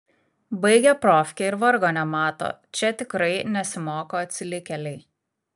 baigia profkę ir vargo nemato čia tikrai nesimoko atsilikėliai